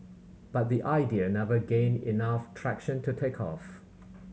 but the idea never gained enough traction to take off